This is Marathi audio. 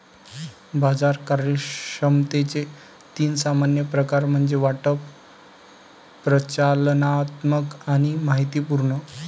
बाजार कार्यक्षमतेचे तीन सामान्य प्रकार म्हणजे वाटप, प्रचालनात्मक आणि माहितीपूर्ण